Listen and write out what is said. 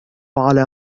على